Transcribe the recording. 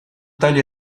tali